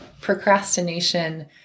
procrastination